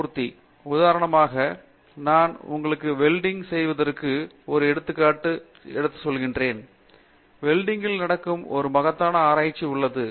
மூர்த்தி உதாரணமாக நான் உங்களுக்கு வெல்டிங் செய்வதற்கு ஒரு எடுத்துக்காட்டு எடுத்துச்சொள்கிறேன் வெல்டிங் கில் நடக்கும் ஒரு மகத்தான ஆராய்ச்சி உள்ளது